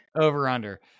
Over-under